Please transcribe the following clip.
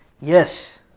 yes